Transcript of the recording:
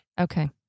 Okay